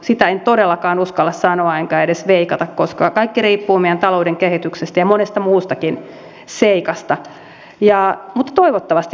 sitä en todellakaan uskalla sanoa enkä edes veikata koska kaikki riippuu meidän talouden kehityksestä ja monesta muustakin seikasta mutta toivottavasti mahdollisimman pian